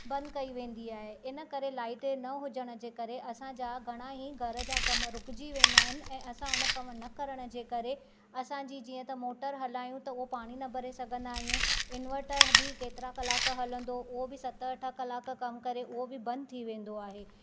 बंदि कई वेंदी आहे इन करे लाइट जे न हुजण जे करे असांजा घणाई घर जा कम रुक जी वेंदा आहिनि ऐं असां उन कमु न करण जे करे असांजी जीअं त मोटर हलायूं त उहो पाणी न भरे सघंदा आहियूं इन्वर्टर बि केतिरा कलाकु हलंदो उहो बि सत अठ कलाक कमु करे उहो बि बंदि थी वेंदो आहे